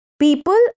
People